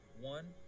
one